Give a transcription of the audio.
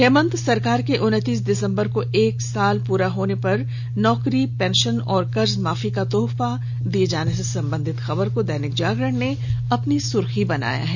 हेमंत सरकार के उनतीस दिसंबर को एक साल होने पर नौकरी पेंशन और कर्जमाफी का तोहफा दिए जाने से संबंधित खबर को दैनिक जागरण ने पहले पन्ने की सुर्खी बनायी है